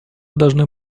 должны